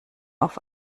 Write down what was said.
auf